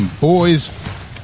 boys